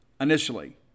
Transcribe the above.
initially